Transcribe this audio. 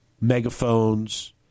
megaphones